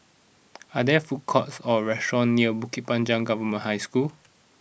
are there food courts or restaurants near Bukit Panjang Government High School